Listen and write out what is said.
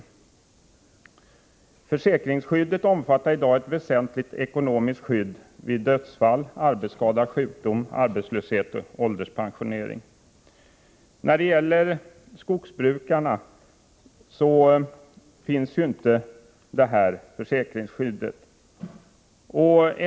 Detta försäkringsskydd utgör i dag ett 69 väsentligt ekonomiskt skydd vid dödsfall, arbetsskada, sjukdom, arbetslös För skogsbrukarna finns emellertid inte samma försäkringsskydd.